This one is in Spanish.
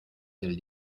del